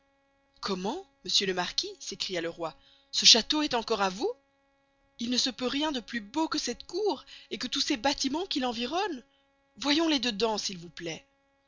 comment monsieur le marquis s'écria le roy ce chasteau est encore à vous il ne se peut rien de plus beau que cette cour et que tous ces bastimens qui l'environnent voyons les dedans s'il vous plaist